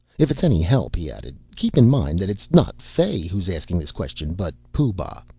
if it's any help, he added, keep in mind that it's not fay who's asking this question, but pooh-bah.